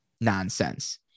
Nonsense